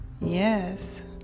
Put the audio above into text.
Yes